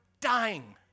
dying